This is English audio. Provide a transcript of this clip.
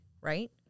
right